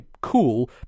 cool